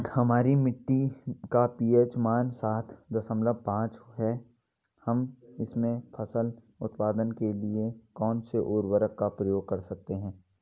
हमारी मिट्टी का पी.एच मान सात दशमलव पांच है हम इसमें फसल उत्पादन के लिए कौन से उर्वरक का प्रयोग कर सकते हैं?